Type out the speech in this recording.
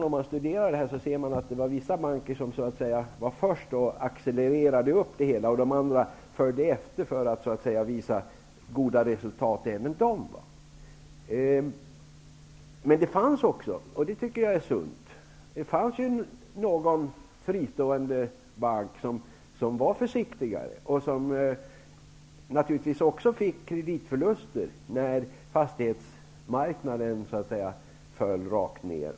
Om man studerar detta, ser man att vissa banker var så att säga först och accelererade upp det hela. De andra bankerna följde efter för att visa goda resultat även de. Men det fanns också -- och det tycker jag var sunt -- någon fristående bank, som var försiktigare men som naturligtvis ändå fick kreditförluster när priserna på fastigheterna föll rakt ner.